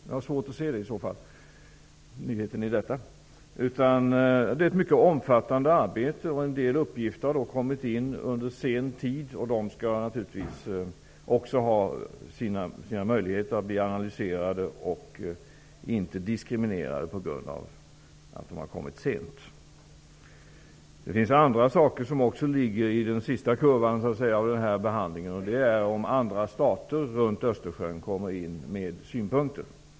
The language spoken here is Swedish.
Jag har i varje fall svårt att se nyheten i detta. Det är ett mycket omfattande arbete. En del uppgifter har inkommit under sen tid. De skall naturligtvis också analyseras och inte bli diskriminerade på grund av att de har kommit sent. Det finns även andra saker som så att säga ligger i den sista kurvan av behandlingen. Andra stater runt Östersjön kan komma med synpunkter.